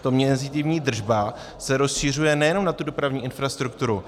Ta mezitímní držba se rozšiřuje nejenom na tu dopravní infrastrukturu.